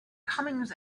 comings